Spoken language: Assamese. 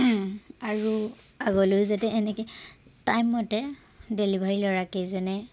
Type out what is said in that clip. আৰু আগলৈও যাতে এনেকৈ টাইমমতে ডেলিভাৰী ল'ৰাকেইজনে